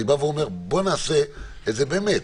אני אומר: בוא נעשה את זה באמת